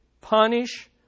punish